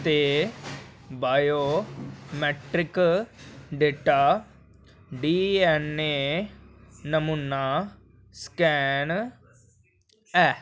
ते biometric data D N A नमूना scan ऐ